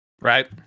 right